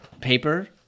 paper